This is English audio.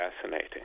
fascinating